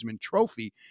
trophy